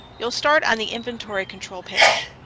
you'll start on the inventory-control page.